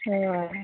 हय